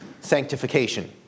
sanctification